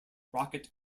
rocket